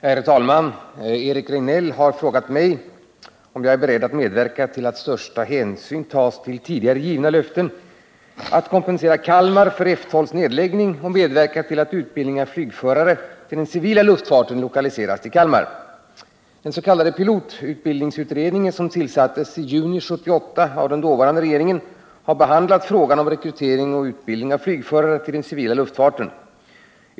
Herr talman! Eric Rejdnell har frågat mig om jag är beredd att medverka till att största hänsyn tas till tidigare givna löften att kompensera Kalmar för F 12:s nedläggning och medverka till att utbildning av flygförare till den civila luftfarten lokaliseras till Kalmar. Den s.k. pilotutbildningsutredningen, som tillsattes i juni 1978 av den dåvarande regeringen, har behandlat frågan om rekrytering och utbildning av flygförare till den civila luftfarten.